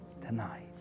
tonight